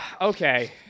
Okay